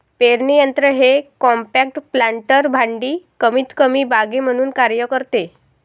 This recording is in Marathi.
पेरणी यंत्र हे कॉम्पॅक्ट प्लांटर भांडी कमीतकमी बागे म्हणून कार्य करतात